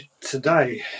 today